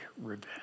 revenge